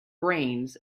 brains